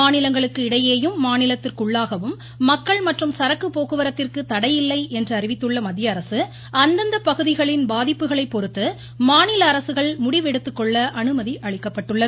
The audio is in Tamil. மாநிலங்களுக்கு இடையேயும் மாநிலத்திற்குள்ளாகவும் மக்கள் மற்றும் சரக்கு போக்குவரத்திற்கு தடையில்லை என்று அறிவித்துள்ள மத்திய அரசு அந்தந்த பகுதிகளின் பாதிப்புகளை பொறுத்து மாநில அரசுகள் முடிவெடுத்துக் கொள்ள அனுமதி அளிக்கப்பட்டுள்ளது